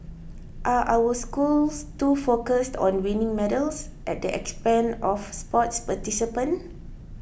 are our schools too focused on winning medals at the expense of sports participation